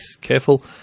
careful